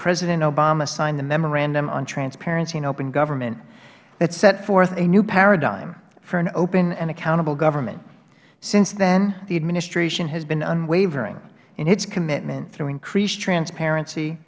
president obama signed a memorandum on transparency and open government that set forth a new paradigm for an open and accountable government since then the administration has been unwavering in its commitment to increase transparency